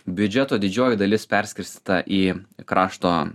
biudžeto didžioji dalis perskirstyta į krašto